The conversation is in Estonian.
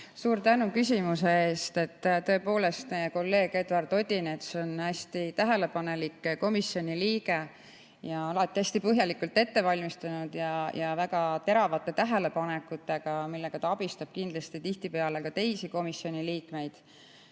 Suur tänu küsimuse eest! Tõepoolest, meie kolleeg Eduard Odinets on hästi tähelepanelik komisjoni liige, ta on alati hästi põhjalikult ette valmistanud ja väga teravate tähelepanekutega ning sellega ta abistab kindlasti tihtipeale ka teisi komisjoni liikmeid.